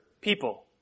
people